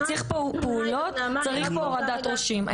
צריך פה פעולות והורדת ראשים.